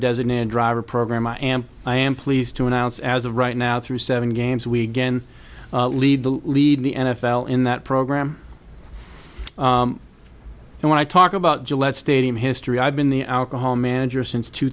designated driver program i am i am pleased to announce as of right now through seven games we get in lead the lead the n f l in that program and when i talk about gillette stadium history i've been the alcohol manager since two